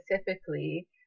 specifically